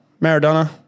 Maradona